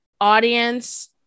audience